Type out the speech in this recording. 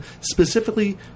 specifically